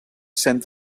sent